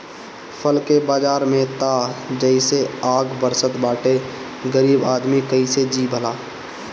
फल के बाजार में त जइसे आग बरसत बाटे गरीब आदमी कइसे जी भला